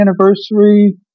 anniversary